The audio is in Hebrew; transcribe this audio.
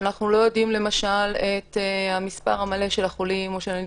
שאנחנו לא יודעים למשל את המספר המלא של החולים או של הנדבקים,